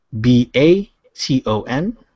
B-A-T-O-N